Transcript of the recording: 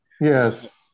Yes